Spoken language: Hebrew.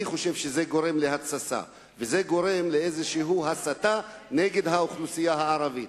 אני חושב שזה גורם להתססה וזה גורם לאיזו הסתה נגד האוכלוסייה הערבית.